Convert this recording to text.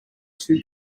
two